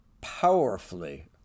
powerfully